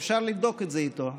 ואפשר לבדוק את זה איתו: